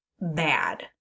bad